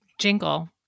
jingle